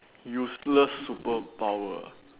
useless superpower